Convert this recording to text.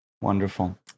Wonderful